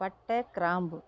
பட்டை கிராம்பு